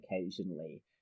occasionally